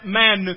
man